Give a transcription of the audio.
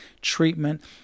treatment